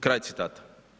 Kraj citata.